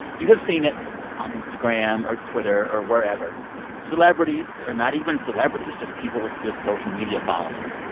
you have seen it on instagram, or twitter, or wherever celebrities or not even celebrities, just people with good social media followings,